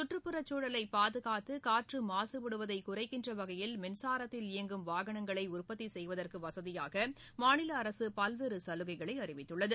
கற்றுப்புறச் சூழலை பாதுகாத்து காற்று மாசுபடுவதை குறைக்கின்ற வகையில் மின்சாரத்தில் இயங்கும் வாகனங்களை உற்பத்தி செய்வதற்கு வசதியாக மாநில அரசு பல்வேறு சலுகைகளை அறிவித்துள்ளது